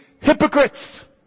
hypocrites